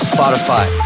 Spotify